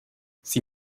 sie